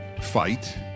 fight